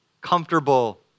comfortable